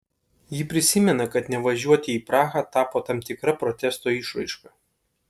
ji prisimena kad nevažiuoti į prahą tapo tam tikra protesto išraiška